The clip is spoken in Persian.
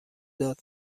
داد